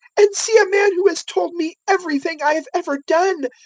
and see a man who has told me everything i have ever done.